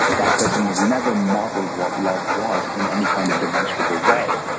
that person was never modeled what love was in any kind of demonstrable way.